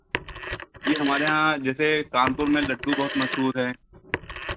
जी हमारे यहाँ जैसे कानपुर में लड्डू बहुत मशहूर हैं